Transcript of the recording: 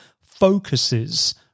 focuses